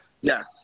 Yes